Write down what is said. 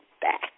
back